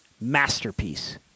masterpiece